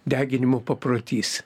deginimo paprotys